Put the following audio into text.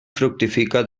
fructifica